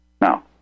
Now